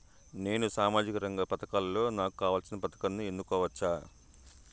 నేను సామాజిక రంగ పథకాలలో నాకు కావాల్సిన పథకాన్ని ఎన్నుకోవచ్చా?